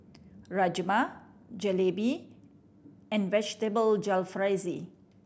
Rajma Jalebi and Vegetable Jalfrezi